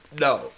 No